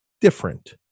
different